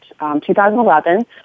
2011